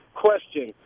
Question